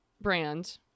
brand